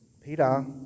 Peter